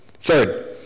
Third